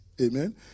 Amen